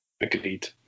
agreed